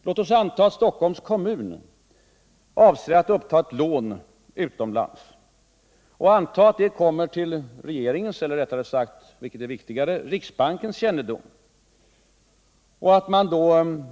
Låt oss anta att Stockholms kommun avser att uppta ett lån utomlands och att detta kommer till regeringens eller — vilket är riktigare — riksbankens kännedom.